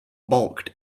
balked